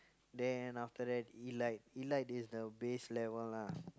then after Elite Elite is the base level lah